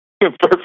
Perfect